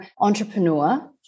entrepreneur